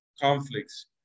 conflicts